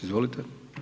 Izvolite.